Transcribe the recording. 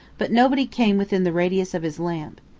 but nobody came within the radius of his lamp.